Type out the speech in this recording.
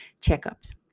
checkups